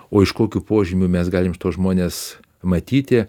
o iš kokių požymių mes galim šituos žmones matyti